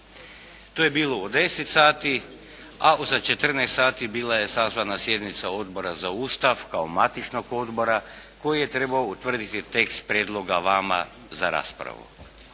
To je bilo u 10 sati, a za 14 sati bila je sazvana sjednica Odbora za Ustav kao matičnog odbora koji je trebao utvrditi tekst prijedloga vama za raspravu.